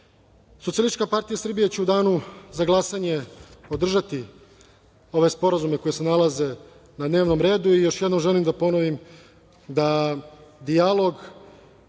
zemlji. Socijalistička partija Srbije će u danu za glasanje podržati ove sporazume koji se nalaze na dnevnom redu. Još jednom želim da ponovim da dijalog